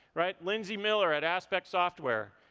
right? lindsay miller at aspect software,